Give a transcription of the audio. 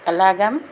kalakand